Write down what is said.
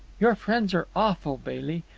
your friends are awful, bailey.